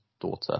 daughter